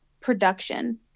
production